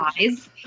eyes